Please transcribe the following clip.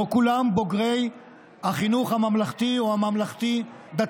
לא כולם בוגרי החינוך הממלכתי או הממלכתי-דתי,